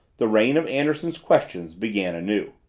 the rain of anderson's questions began anew.